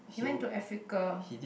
he went to Africa